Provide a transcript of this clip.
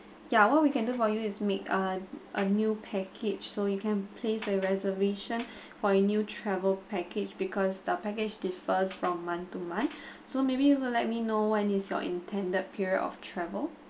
ya what we can do for you is make uh a new package so you can place a reservation for your new travel package because the package differs from month to month so maybe you will let me know when is your intended period of travel